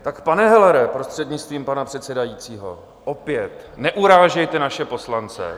Tak, pane Hellere, prostřednictvím pana předsedajícího, opět: Neurážejte naše poslance!